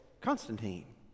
Constantine